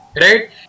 right